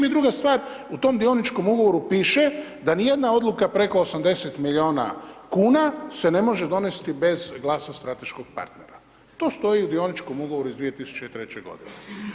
I druga stvar u tom dioničkom ugovoru piše da ni jedna odluka preko 80 miliona kuna se ne može donesti bez glasa strateškog partnera, to stoji u dioničkom ugovoru iz 2003. godine.